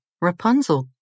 Rapunzel